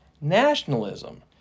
nationalism